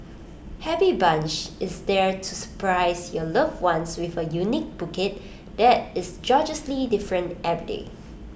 happy bunch is there to surprise your loved one with A unique bouquet that is gorgeously different every day